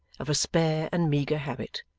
of a spare and meagre habit,